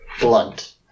Blunt